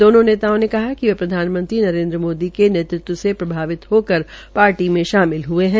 दोनों नेताओं ने कहा कि वे प्रधानमंत्री नरेन्द्र मोदी नेतृत्व से प्रभावित होकर पार्टी में शामिल हये है